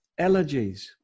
allergies